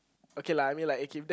okay lah I mean like okay if there